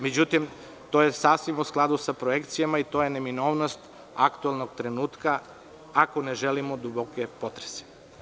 Međutim, to je sasvim u skladu sa projekcijama i to je neminovnost aktuelnog trenutka, ako ne želimo duboke potrese.